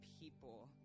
people